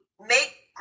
make